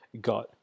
got